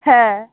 হ্যাঁ